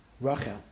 Rachel